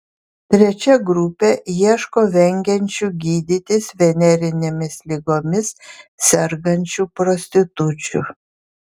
trečia grupė ieško vengiančių gydytis venerinėmis ligomis sergančių prostitučių